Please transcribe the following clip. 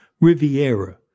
Riviera